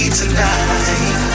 tonight